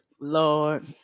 Lord